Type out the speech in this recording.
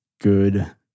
good